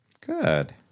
good